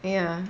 ya